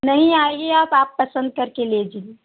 नहीं आइये आप आप पसंद करके ले लीजिए